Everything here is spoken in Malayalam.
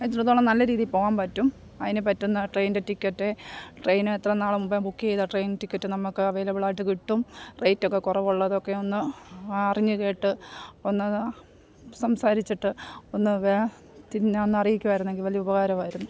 എത്രത്തോളം നല്ല രീതിയിൽ പോവാൻ പറ്റും അതിന് പറ്റുന്ന ട്രെയിൻറ്റെ ടിക്കറ്റ് ട്രെയിന് എത്രനാൾ മുമ്പേ ബുക്ക് ചെയ്താൽ ട്രയിൻ ടിക്കറ്റ് നമുക്ക് അവൈലബിളായിട്ട് കിട്ടും റെയ്റ്റൊക്ക കുറവുള്ളതൊക്കെയൊന്ന് അറിഞ്ഞ് കേട്ട് ഒന്ന് സംസാരിച്ചിട്ട് ഒന്ന് വേ തിന്നൊന്ന് അറിയിക്കുമായിരുന്നെങ്കിൽ വലിയ ഉപകാരമായിരുന്നു